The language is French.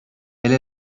elle